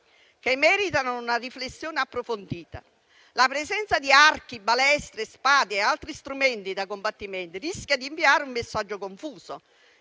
che meritano una riflessione approfondita. La presenza di archi, balestre, spade e altri strumenti da combattimento rischia di inviare un messaggio confuso.